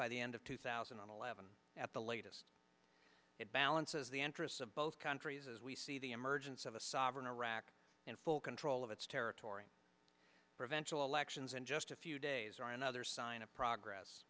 by the end of two thousand and eleven at the latest it balances the interests of both countries as we see the emergence of a sovereign iraq in full control of its territory for eventual actions in just a few days or another sign of progress